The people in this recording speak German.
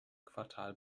quartal